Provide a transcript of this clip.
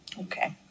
Okay